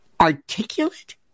articulate